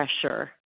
pressure